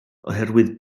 oherwydd